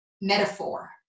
metaphor